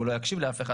הוא לא יקשיב לאף אחד,